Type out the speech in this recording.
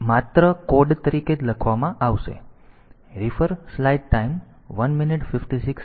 તેથી તેને પણ માત્ર કોડ તરીકે જ ગણવામાં આવશે